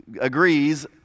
agrees